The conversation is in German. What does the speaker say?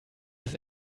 das